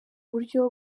buryo